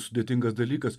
sudėtingas dalykas